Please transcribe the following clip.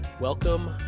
Welcome